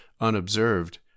unobserved